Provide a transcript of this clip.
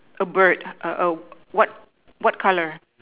a bird a a what what colour